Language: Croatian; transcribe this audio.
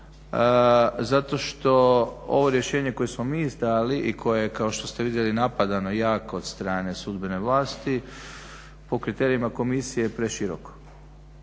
zato što ovo rješenje koje smo mi dali i koje je kao što ste vidjeli napadano jako od strane sudbene vlasti po kriterijima Komisije je preširoko.